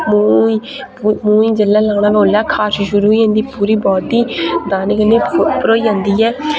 मूंह् गी गी जिल्लै लान्नां में उल्लै खारश शुरू जंदी पूरी बॉडी दाने कन्नै भरोई जंदी ऐ